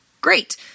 Great